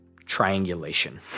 triangulation